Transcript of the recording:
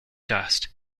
dust